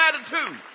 attitude